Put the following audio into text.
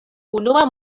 unua